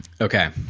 okay